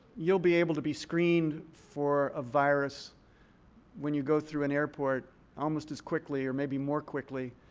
you'll be able to be screened for a virus when you go through an airport almost as quickly, or maybe more quickly,